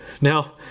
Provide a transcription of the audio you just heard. Now